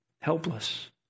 helpless